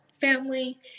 family